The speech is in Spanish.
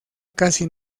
casi